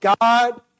God